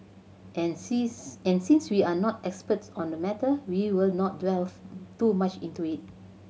and since and since we are no experts on the matter we will not delve too much into it